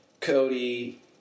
Cody